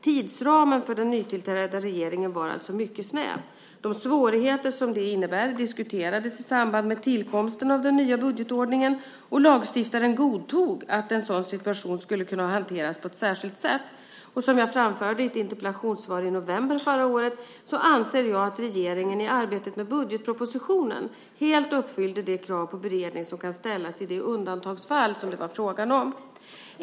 Tidsramen för den nytillträdda regeringen var alltså mycket snäv. De svårigheter som det innebär diskuterades i samband med tillkomsten av den nya budgetordningen och lagstiftaren godtog att en sådan situation skulle kunna hanteras på ett särskilt sätt. Som jag framförde i ett interpellationssvar i november förra året anser jag att regeringen i arbetet med budgetpropositionen helt uppfyllde det krav på beredning som kan ställas i det undantagsfall som det var fråga om.